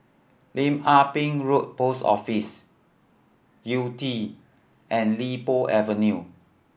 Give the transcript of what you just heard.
Lim Ah Pin Road Post Office Yew Tee and Li Po Avenue